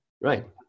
right